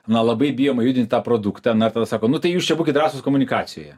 na labai bijoma judinti tą produktą na ir tada sako nu tai jūs čia būkit drąsūs komunikacijoje